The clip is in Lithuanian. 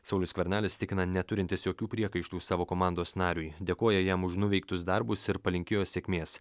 saulius skvernelis tikina neturintis jokių priekaištų savo komandos nariui dėkoja jam už nuveiktus darbus ir palinkėjo sėkmės